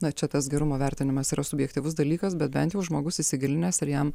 na čia tas gerumo vertinimas yra subjektyvus dalykas bet bent jau žmogus įsigilinęs ir jam